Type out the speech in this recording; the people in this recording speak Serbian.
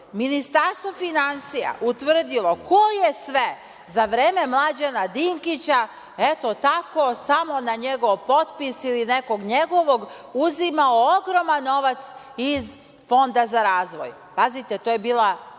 onog Vujovića, utvrdilo ko je sve za vreme Mlađana Dinkića, eto tako, samo na njegov potpis ili nekog njegovog, uzimao ogroman novac iz Fonda za razvoj? Pazite, to je bila